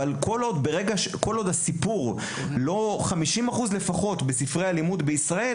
אבל כל עוד הסיפור לא נמצא בספרי הלימוד בישראל